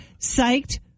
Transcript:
psyched